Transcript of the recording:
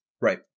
Right